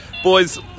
Boys